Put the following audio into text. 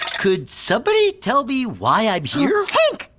could somebody tell me why i'm here? hank!